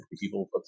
people